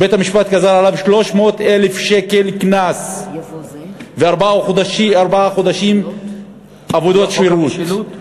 בית-המשפט גזר עליו 300,000 שקל קנס וארבעה חודשים עבודות שירות,